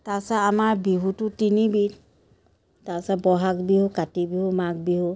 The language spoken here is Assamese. তাৰ পাছত আমাৰ বিহুটো তিনিবিধ তাৰ পিছত ব'হাগ বিহু কাতি বিহু মাঘ বিহু